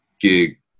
gig